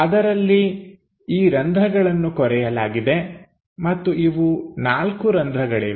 ಅದರಲ್ಲಿ ಈ ರಂಧ್ರಗಳನ್ನು ಕೊರೆಯಲಾಗಿದೆ ಮತ್ತು ಇವು ನಾಲ್ಕು ರಂಧ್ರಗಳಿವೆ